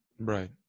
Right